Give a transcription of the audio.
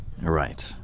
Right